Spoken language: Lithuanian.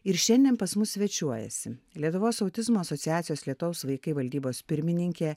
ir šiandien pas mus svečiuojasi lietuvos autizmo asociacijos lietaus vaikai valdybos pirmininkė